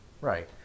Right